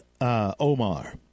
Omar